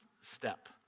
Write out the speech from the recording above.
step